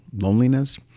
loneliness